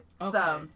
Okay